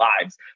lives